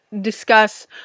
discuss